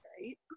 right